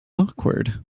awkward